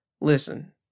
Listen